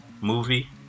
movie